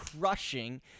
crushing